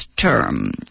term